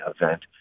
event